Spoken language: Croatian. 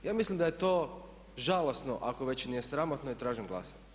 Ja mislim da je to žalosno ako već nije sramotno i tražim glasanje.